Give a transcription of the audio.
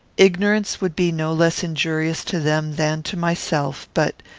ignorance would be no less injurious to them than to myself but,